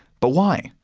but why?